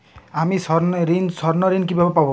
আমি স্বর্ণঋণ কিভাবে পাবো?